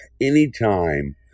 anytime